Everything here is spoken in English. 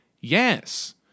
Yes